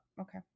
Okay